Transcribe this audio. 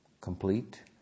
complete